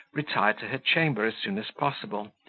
retired to her chamber as soon as possible,